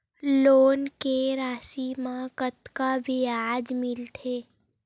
Loan के राशि मा कतका ब्याज मिलथे?